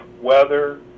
weather